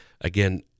Again